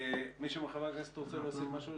מישהו מחברי הכנסת רוצה להוסיף משהו לסיום?